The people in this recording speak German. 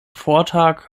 vortag